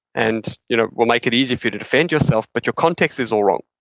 and you know will make it easier for you to defend yourself, but your context is all wrong.